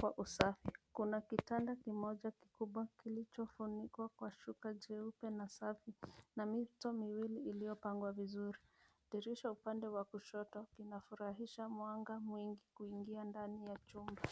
kwa usafi. Kuna kitanda kimoja kikubwa kilicho funikwa kwa shuka jeupe na safi na mito miwili iliyo pangwa vizuri. Dirisha upande wa kushoto ina furahisha mwanga mwingi kuinginia ndani ya chumba.